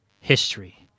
history